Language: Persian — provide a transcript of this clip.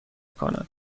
کند